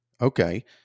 Okay